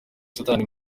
satani